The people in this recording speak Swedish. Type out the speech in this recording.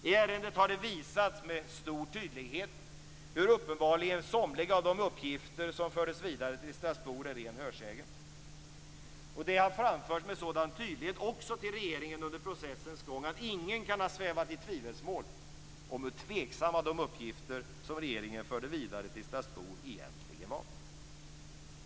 I ärendet har det visats med stor tydlighet hur somliga av de uppgifter som fördes vidare till Strasbourg uppenbarligen är ren hörsägen. Det har framförts med sådan tydlighet också till regeringen under processens gång att ingen kan ha svävat i tvivelsmål om hur tveksamma de uppgifter som regeringen förde vidare till Strasbourg egentligen var.